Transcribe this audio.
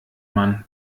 man